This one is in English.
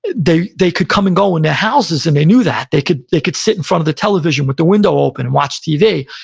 they they could come and go in houses and they knew that. they could they could sit in front of the television with the window open and watch tv,